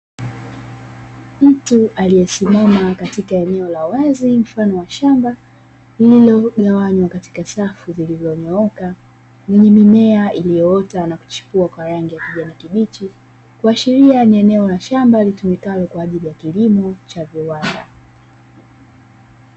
Mtu aliyesimama katika eneo la wazi mfano wa shamba lililogawanywa katika safu zilizonyooka, yenye mimea iliyoota na kuchipua kwa rangi ya kijani kibichi, kuashiria ni eneo la shamba litumikalo kwa ajili ya kilimo cha viwanda.